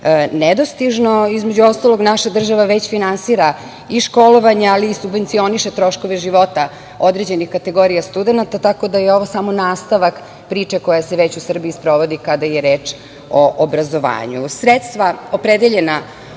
nedostižno. Između ostalog, naša država već finansira i školovanje, ali i subvencioniše troškove života određenih kategorija studenata, tako da je ovo samo nastavak priče koja se već u Srbiji sprovodi kada je reč o obrazovanju. Sredstva